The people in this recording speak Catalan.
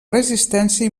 resistència